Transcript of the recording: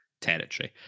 territory